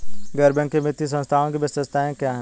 गैर बैंकिंग वित्तीय संस्थानों की विशेषताएं क्या हैं?